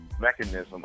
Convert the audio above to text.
mechanism